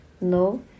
No